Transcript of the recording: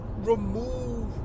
Remove